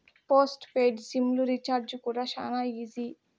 post paid sim లు recharge కూడా శానా ఈజీ